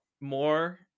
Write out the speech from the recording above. more